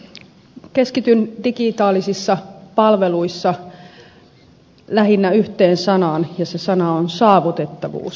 keskityn digitaalisissa palveluissa lähinnä yhteen sanaan ja se sana on saavutettavuus